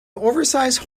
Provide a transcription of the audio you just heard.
oversize